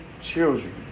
children